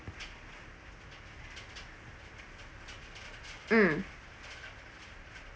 mm